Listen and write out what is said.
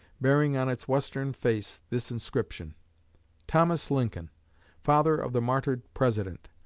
bearing on its western face this inscription thomas lincoln father of the martyred president.